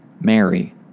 Mary